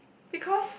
because